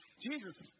Jesus